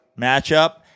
matchup